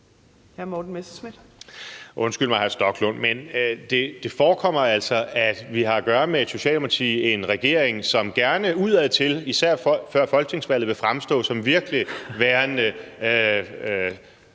Morten Messerschmidt (DF): Undskyld mig, hr. Rasmus Stoklund, men det forekommer altså, at vi har at gøre med et Socialdemokrati i en regering, som gerne udadtil, især før folketingsvalget, vil fremstå som værende